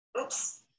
Oops